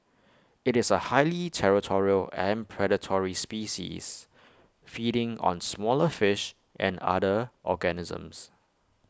IT is A highly territorial and predatory species feeding on smaller fish and other organisms